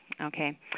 Okay